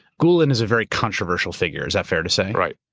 gulen is a very controversial figure. is that fair to say? right.